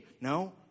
No